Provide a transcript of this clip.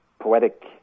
poetic